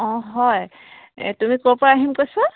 অঁ হয় তুমি ক'ৰ পৰা আহিম কৈছা